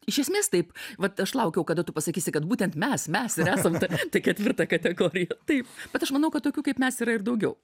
iš esmės taip vat aš laukiau kada tu pasakysi kad būtent mes mes ir esam ta ketvirta kategorija taip bet aš manau kad tokių kaip mes yra ir daugiau